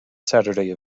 saturday